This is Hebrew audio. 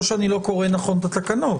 או שאני לא קורא נכון את התקנות.